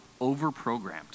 overprogrammed